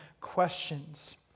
questions